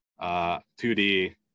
2D